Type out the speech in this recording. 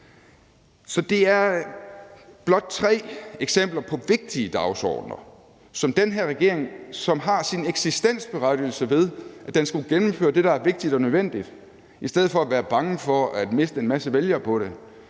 Så det er blot tre eksempler på vigtige dagsordener, som den her regering – som har sin eksistensberettigelse i, at den skulle gennemføre det, der er vigtigt og nødvendigt, i stedet for at være bange for at miste en masse vælgere på det